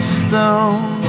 stone